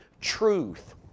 truth